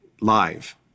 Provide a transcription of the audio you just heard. live